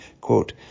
quote